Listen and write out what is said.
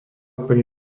pri